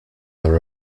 are